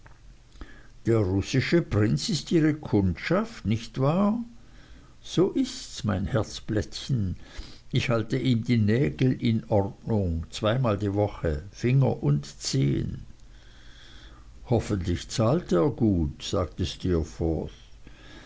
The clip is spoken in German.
der russische prinz ist ihre kundschaft nicht wahr so ists mein herzblättchen ich halte ihm die nägel in ordnung zweimal die woche finger und zehen hoffentlich zahlt er gut sagte steerforth